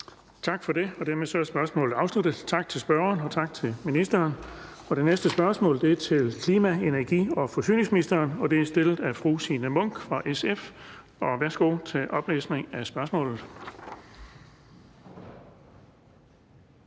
Tak for det. Dermed er spørgsmålet afsluttet. Tak til spørgeren, og tak til ministeren. Det næste spørgsmål er til klima-, energi- og forsyningsministeren, og det er stillet af fru Signe Munk fra SF. Kl. 16:34 Spm.